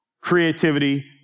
creativity